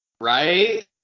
Right